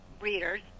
readers